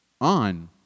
on